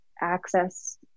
access